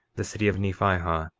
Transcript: the city of nephihah,